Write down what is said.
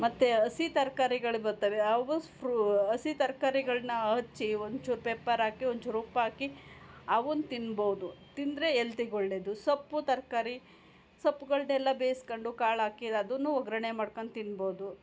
ಮತ್ತು ಹಸಿ ತರ್ಕಾರಿಗಳು ಬರ್ತವೆ ಅವು ಫ್ರೂ ಹಸಿ ತರಕಾರಿಗಳನ್ನ ಹಚ್ಚಿ ಒಂದು ಚೂರು ಪೆಪ್ಪರ್ ಹಾಕಿ ಒಂದು ಚೂರು ಉಪ್ಪು ಹಾಕಿ ಅವನ್ನು ತಿನ್ಬೋದು ತಿಂದರೆ ಎಲ್ತಿಗೆ ಒಳ್ಳೆಯದು ಸೊಪ್ಪು ತರಕಾರಿ ಸೊಪ್ಪುಗಳ್ನೆಲ್ಲ ಬೇಯಿಸ್ಕೊಂಡು ಕಾಳು ಹಾಕಿ ಅದೂ ಒಗ್ಗರಣೆ ಮಾಡ್ಕೊಂಡು ತಿನ್ಬೋದು